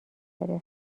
داره